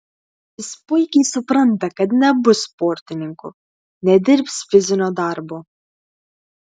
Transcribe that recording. jis puikiai supranta kad nebus sportininku nedirbs fizinio darbo